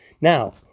Now